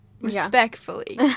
respectfully